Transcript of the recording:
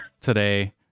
today